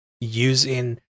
using –